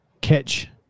catch